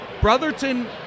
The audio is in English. brotherton